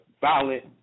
violent